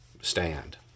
stand